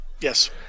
Yes